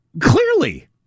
Clearly